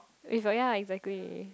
is like ya exactly